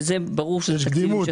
שלזה ברור שיש קדימות,